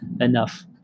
enough